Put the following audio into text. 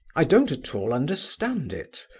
i don't at all understand it,